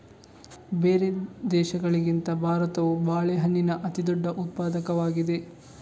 ಬೇರೆ ದೇಶಗಳಿಗಿಂತ ಭಾರತವು ಬಾಳೆಹಣ್ಣಿನ ಅತಿದೊಡ್ಡ ಉತ್ಪಾದಕವಾಗಿದೆ